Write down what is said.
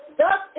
thus